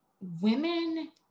women